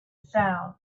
sound